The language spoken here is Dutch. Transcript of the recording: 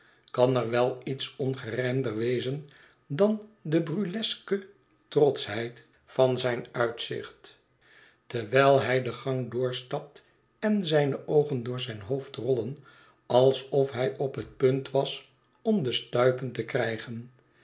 kan er wel iets ongerijmder wezen dan de burleske trotschheid van zijn uitzicht terwijl hij den gang doorstapt en zijne oogen door zijn hoofd rollen alsof hij op het punt was om de stuipen te krijgen